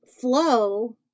flow